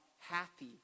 happy